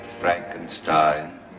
frankenstein